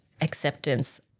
acceptance